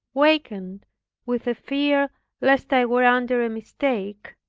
weakened with a fear lest i were under a mistake,